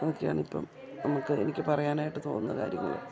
അതൊക്കെയാണിപ്പം നമുക്ക് എനിക്ക് പറയാനായിട്ട് തോന്നുന്ന കാര്യങ്ങൾ